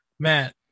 Matt